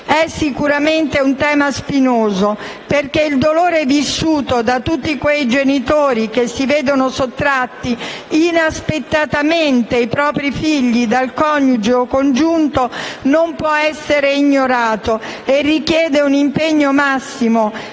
è sicuramente spinoso, perché il dolore vissuto da tutti quei genitori che si vedono sottratti inaspettatamente i propri figli dal coniuge o congiunto non può essere ignorato e richiede un impegno massimo